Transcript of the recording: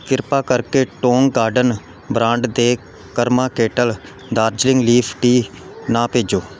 ਕਿਰਪਾ ਕਰਕੇ Tong Garden brand ਦੇ Karma kettle Darjeeling leaf tea ਨਾ ਭੇਜੋ